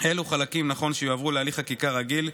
אילו חלקים נכון שיועברו להליך חקיקה רגיל,